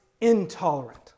intolerant